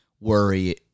worry